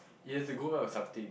it have to go well with something